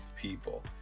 people